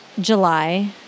July